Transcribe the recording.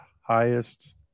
highest